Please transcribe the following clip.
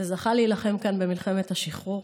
וזכה להילחם כאן במלחמת השחרור.